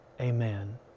Amen